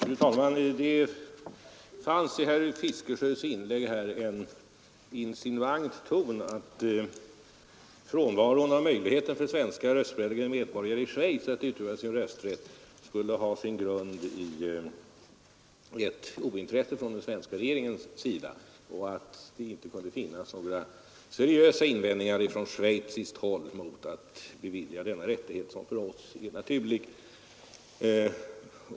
Fru talman! Det fanns i herr Fiskesjös inlägg en insinuant ton, antydande att frånvaron av möjligheter för svenska röstberättigade medborgare i Schweiz att utöva sin rösträtt skulle ha sin grund i ett ointresse hos den svenska regeringen och att det inte kunde finnas några seriösa invändningar från schweiziskt håll mot att bevilja denna rättighet, som för oss är naturlig.